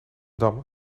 damme